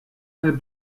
weil